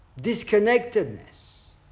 Disconnectedness